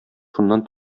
шуннан